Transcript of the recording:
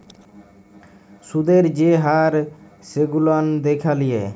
সুদের যে হার সেগুলান দ্যাখে লিয়া